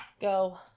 Go